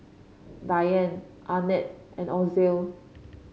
Dianne Arnett and Ozell